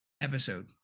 episode